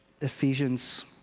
Ephesians